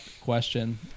question